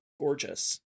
Gorgeous